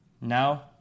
Now